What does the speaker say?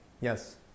Yes